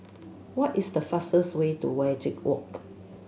what is the fastest way to Wajek Walk